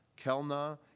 Kelna